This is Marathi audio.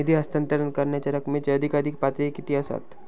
निधी हस्तांतरण करण्यांच्या रकमेची अधिकाधिक पातळी किती असात?